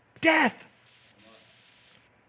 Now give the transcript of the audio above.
death